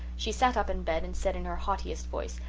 she sat up in bed and said in her haughtiest voice,